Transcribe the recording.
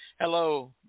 Hello